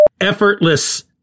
Effortless